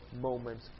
moment